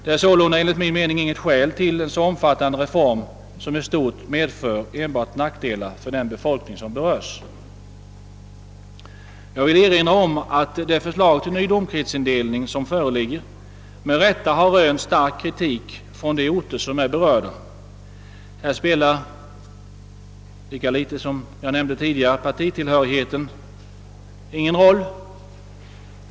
Det är sålunda enligt min mening inget skäl till en så omfattande reform, som i stort medför enbart nackdelar för den befolkning som berörs. Jag vill erinra om att det förslag till ny domkretsindelning som = föreligger med rätta har rönt stark kritik från de orter som är berörda. Här spelar lika litet som i det fall jag nämnde tidigare partitillhörighet någon roll.